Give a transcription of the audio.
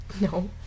no